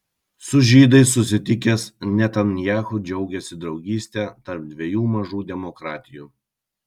su žydais susitikęs netanyahu džiaugėsi draugyste tarp dviejų mažų demokratijų